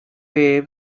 way